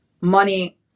money